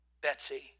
Betsy